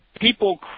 People